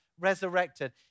resurrected